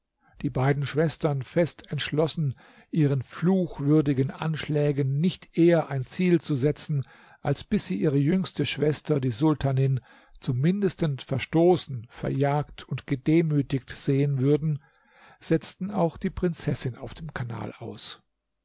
die beiden schwestern fest entschlossen ihren fluchwürdigen anschlägen nicht eher ein ziel zu setzen als bis sie ihre jüngste schwester die sultanin zum mindesten verstoßen verjagt und gedemütigt sehen würden setzten auch die prinzessin auf dem kanal aus